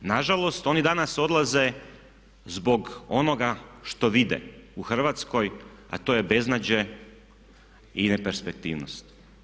Nažalost, oni danas odlaze zbog onoga što vide u Hrvatskoj a to je beznađe i neperspektivnost.